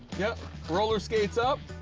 yep, roller-skates up.